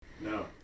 No